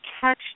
catch